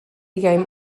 game